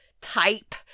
type